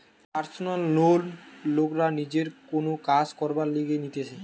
personal loan লোকরা নিজের কোন কাজ করবার লিগে নিতেছে